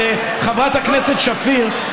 חברת הכנסת שפיר,